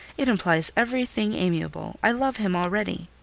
it implies everything amiable. i love him already.